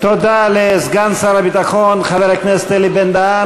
תודה לסגן שר הביטחון חבר הכנסת אלי בן-דהן.